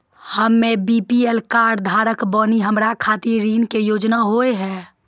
हम्मे BPL card धारक बानि हमारा खातिर ऋण के योजना का होव हेय?